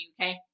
okay